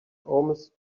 almost